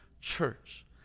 church